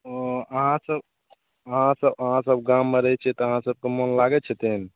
ओ अहाँ सब अहाँ सब अहाँ सब गाममे रहय छियै तऽ अहाँ सबके मोन लागय छथिन